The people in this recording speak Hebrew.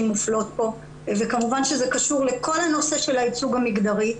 מופלות פה וכמובן שזה קשור לכל הנושא של הייצוג המגדרי.